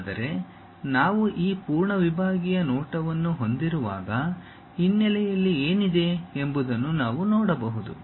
ಆದರೆ ನಾವು ಈ ಪೂರ್ಣ ವಿಭಾಗೀಯ ನೋಟವನ್ನು ಹೊಂದಿರುವಾಗ ಹಿನ್ನೆಲೆಯಲ್ಲಿ ಏನಿದೆ ಎಂಬುದನ್ನು ನಾವು ನೋಡಬಹುದು